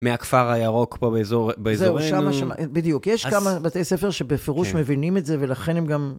מהכפר הירוק פה באזור... זהו, שם, בדיוק. יש כמהב תי ספר שבפירוש מבינים את זה, ולכן הם גם...